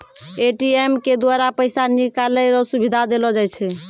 ATM के द्वारा पैसा निकालै रो सुविधा देलो जाय छै